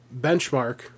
benchmark